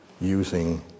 using